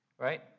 Right